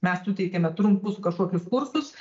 mes suteikiame trumpus kažkokius kursus